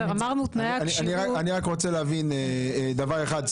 אני רק רוצה להבין דבר אחד,